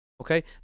Okay